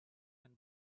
can